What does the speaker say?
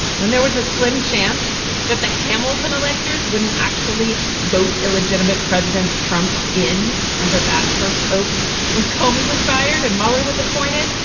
when there was a slim chance that the hamilton electors wouldn't actually vote illegitimate, president trump in number that first hope when comey was fired and mueller was appointed,